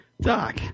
Doc